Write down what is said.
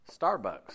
Starbucks